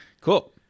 cool